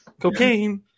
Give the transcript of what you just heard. Cocaine